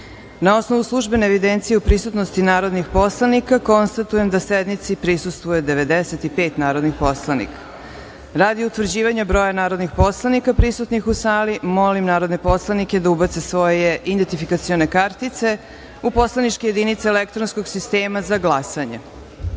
osnovu službene evidencije o prisutnosti narodnih poslanika, konstatujem da sednici prisustvuje 95 narodnih poslanika. Radi utvrđivanja broja narodnih poslanika prisutnih u sali, molim narodne poslanike da ubace svoje identifikacione kartice u poslaničke jedinice elektronskog sistema za